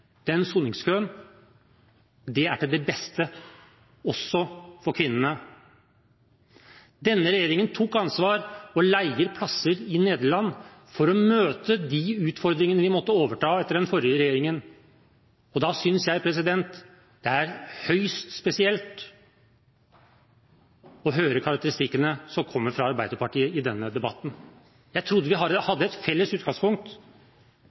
den soningskøen. Det er til det beste også for kvinnene. Denne regjeringen tok ansvar og leier plasser i Nederland for å møte de utfordringene vi måtte overta etter den forrige regjeringen. Da synes jeg det er høyst spesielt å høre karakteristikkene som kommer fra Arbeiderpartiet i denne debatten. Jeg trodde vi hadde et felles utgangspunkt